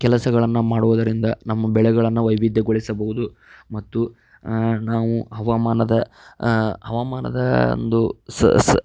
ಕೆಲಸಗಳನ್ನು ಮಾಡುವುದರಿಂದ ನಮ್ಮ ಬೆಳೆಗಳನ್ನು ವೈವಿಧ್ಯಗೊಳಿಸಬೋದು ಮತ್ತು ನಾವು ಹವಾಮಾನದ ಹವಾಮಾನದ ಒಂದು